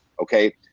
okay